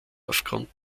aufgrund